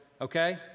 Okay